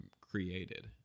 created